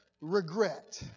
regret